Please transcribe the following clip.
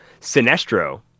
Sinestro